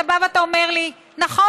אתה בא ואתה אמר לי: נכון,